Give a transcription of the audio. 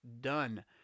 done